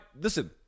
Listen